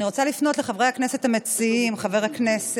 אני רוצה לפנות אל חברי הכנסת המציעים, חבר הכנסת